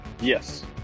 Yes